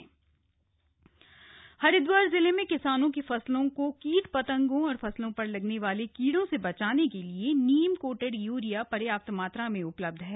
urea प्रतिबंध अफवाह हरिदवार जिले में किसानों की फसलों को कीट पतंगों और फसलों पर लगने वाले कीड़ों से बचाने के लिए नीम कोटेड यूरिया पर्याप्त मात्रा में उपलब्ध है